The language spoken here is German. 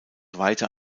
weiter